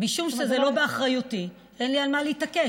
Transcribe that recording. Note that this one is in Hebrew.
משום שזה לא באחריותי, אין לי על מה להתעקש.